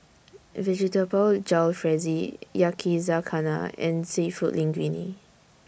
Vegetable Jalfrezi Yakizakana and Seafood Linguine